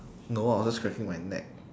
no I was just cracking my neck